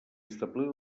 establir